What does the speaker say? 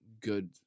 good